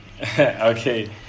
okay